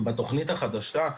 בתכנית החדשה,